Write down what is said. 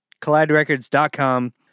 Colliderecords.com